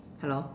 hello